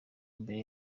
mbere